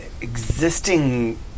Existing